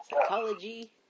psychology